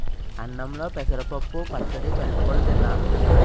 అన్నంలో పెసరపప్పు పచ్చడి కలుపుకొని తిన్నాను